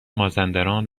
مازندران